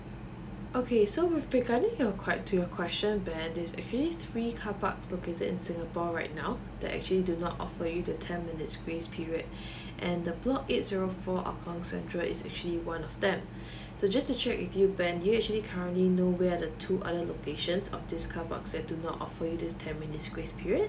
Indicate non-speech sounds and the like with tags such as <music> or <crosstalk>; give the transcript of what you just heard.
okay so with regarding your quite to your question ben is actually three car park located in singapore right now that actually do not offer you the ten minutes grace period <breath> and the block eight zero four hougang central is actually one of them <breath> so just to check with you ben do you actually currently know where other two other locations of this car park that do not offer you this ten minutes grace period